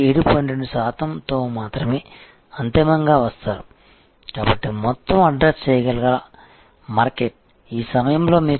2 శాతంతో మాత్రమే అంతిమంగా వస్తారు కాబట్టి మొత్తం అడ్రస్ చేయగల మార్కెట్ ఈ సమయంలో మీకు 7